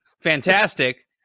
fantastic